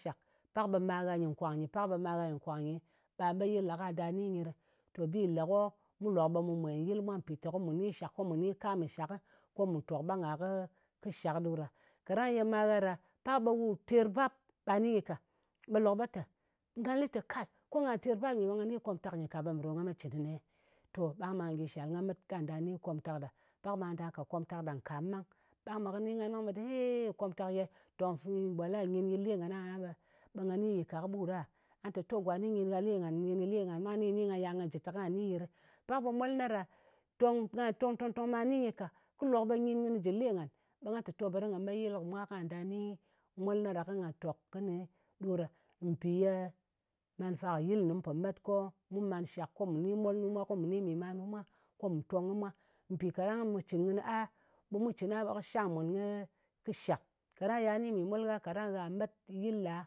Shak pak ɓe magha nyɨ nkwang nyi, pak ɓe magha nyɨ nkwang nyi ɓe met yɨl ɗa kwa da ni nyɨ ɗɨ. To bi le ko mu lok ɓe mu mwen yɨl mwa, mpìteko mu ni shak, ko mu ni kam kɨ shak. Ko mù tòk ɓang a kɨ shak ɗo ɗa. Kaɗang ye magha ɗa karang wu ter bap be gah ni nyɨ ka, ɓe lok ɓe lɨ te, kai, ko nga ter bap nyɨ ɓe nga ni komtak nyɨ ka ɓe me ɗo nga met cɨn kɨnie? To, ɓang ba gyi shal. Nga met kwa nda kat komtak ɗa. Ɓang ba nda kat komtak ɗa nkam ɓang. Ɓang be kɨ ni ngan ɓang ɓe lɨ te, hey komtak ye tong fi, walai nyin yi le ngan aha ɓe, ɓe nga ni yi ka kɨɓut a! To gwa ni nyin gha le ngan nyin yi le ngan ka nga ya nga jɨ te kani yɨ ɗɨ. Pak ɓe mol na ɗa tong, nga tong-tong-tong ɓe nga ni nyɨ ka, ɓe kɨ lok ɓe nyin kɨnɨ jɨ le ngan. Ɓe nga lɨ te, to beri nga me yɨl kɨ mwa kwa nga nimolna ɗa, ko nga tok kɨni ɗo ɗa. Mpi ye manufa kɨ yɨl mu po met ko mu man shak, ko mu ni molnu mwa, ko mu ni mì manu mwa, ko mu tong kɨ mwa. Mpì kaɗang nga po cɨn kɨnɨ a, ɓe mu cɨn a ɓe kɨ shang mun kɨ shak. Kaɗang ya ni mì molgha ka ɗang gha met yɨl ɗa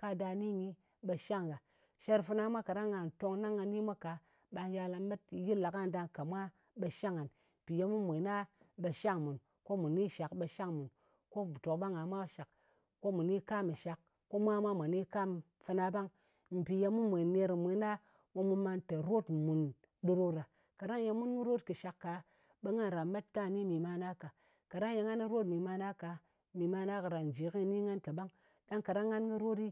ka ɗa ni nyi, ɓe shang gha. Sher fana mwa, kaɗang nga tong ɗang nga ni mwa ka, ɓa yal nga met yɨl ɗa ka nda ka mwa, ɓe shang ngan. Mpi ye mu mwen a ɓe shang mun, ko mù ni shak ɓe shang mun. Ko mù tok ɓang a mwa kɨ shak, ko mu ni kam kɨ shak, ko mwa mwa, mwa ni kam fana ɓang. Mpì ye mu mwen ner kɨ mwen a, ɓe mu man te rot mùn ɗo ɗa. Kaɗang ye mun kɨ rot kɨ shak ka ɓe nga ran met ka ni mi mana ka. Kaɗang ye ngan kɨ rot mɨ mana ka, mi mana karan ji ki ni ngan kaɓang. Ɗang kaɗang ngan kɨ rotɗɨ